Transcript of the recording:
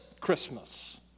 Christmas